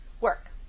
work